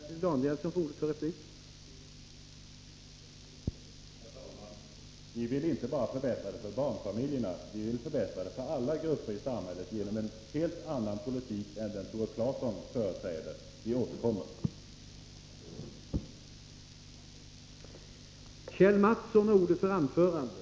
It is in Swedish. Herr talman! Vi vill inte förbättra det bara för barnfamiljerna, vi vill förbättra det för alla grupper i samhället genom en helt annan politik än den som Tore Claeson företräder. Vi återkommer. misk-politiska åtgärder misk-politiska åtgärder